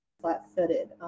flat-footed